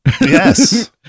Yes